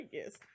Yes